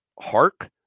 Hark